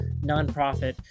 nonprofit